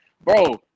bro